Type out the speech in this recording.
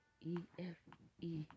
E-F-E